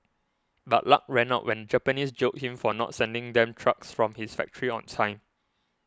but luck ran out when Japanese jailed him for not sending them trucks from his factory on time